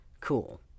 cool